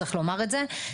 צריך לומר את זה,